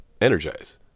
energize